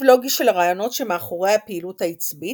לוגי של הרעיונות שמאחורי הפעילות העצבית",